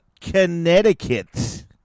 Connecticut